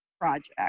project